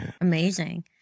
Amazing